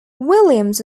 williams